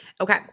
Okay